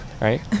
right